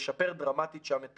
לשפר דרמטית שם את